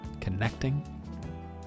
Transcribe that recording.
connecting